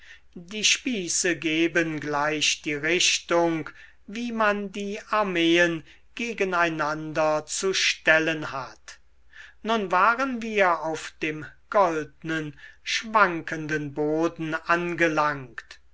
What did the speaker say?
die spieße geben gleich die richtung wie man die armeen gegen einander zu stellen hat nun waren wir auf dem goldnen schwankenden boden angelangt